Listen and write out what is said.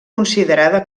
considerada